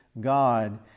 God